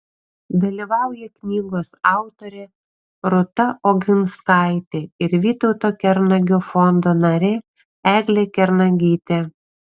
dalyvauja knygos autorė rūta oginskaitė ir vytauto kernagio fondo narė eglė kernagytė